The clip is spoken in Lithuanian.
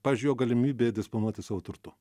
pavyzdžiui jo galimybė disponuoti savo turtu